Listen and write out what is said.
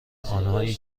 آنهایی